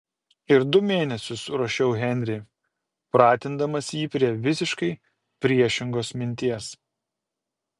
ir du mėnesius ruošiau henrį pratindamas jį prie visiškai priešingos minties